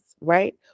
right